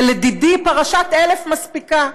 ולדידי פרשת 1000 מספיקה,